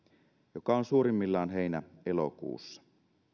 joka on suurimmillaan heinä elokuussa